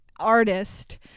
artist